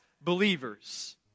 believers